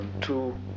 two